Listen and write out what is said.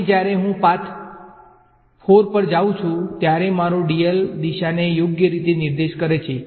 અને જ્યારે હું પાથ 4 પર જાઉં છું ત્યારે મારો dl દિશાને યોગ્ય રીતે નિર્દેશ કરે છે